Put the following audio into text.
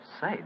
Say